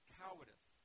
cowardice